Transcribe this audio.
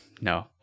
No